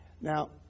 Now